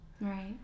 Right